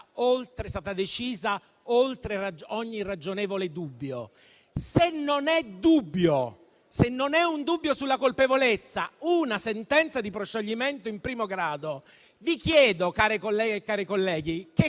oltre ogni ragionevole dubbio? Se non è un dubbio sulla colpevolezza una sentenza di proscioglimento in primo grado, vi chiedo - care colleghe e cari colleghi - che